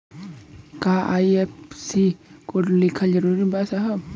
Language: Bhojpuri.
का आई.एफ.एस.सी कोड लिखल जरूरी बा साहब?